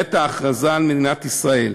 בעת ההכרזה על מדינת ישראל.